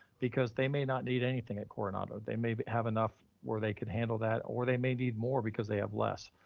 because they may not need anything at coronado. they may have enough where they could handle that, or they may need more because they have less.